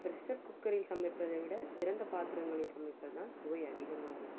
pressure குக்கரில் சமைப்பதை விட திறந்த பாத்திரங்களில் சமைப்பது தான் சுவை அதிகமாக இருக்கும்